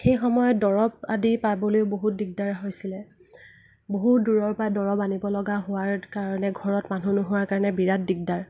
সেইসময়ত দৰৱ আদি পাবলৈও বহুত দিগদাৰ হৈছিলে বহুত দূৰৰ পৰা দৰৱ আনিব লগা হোৱাৰ কাৰণে ঘৰত মানুহ নোহোৱাৰ কাৰণে বিৰাট দিগদাৰ